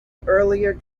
earlier